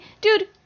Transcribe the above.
dude